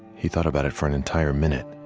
he thought about it for an entire minute